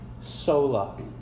sola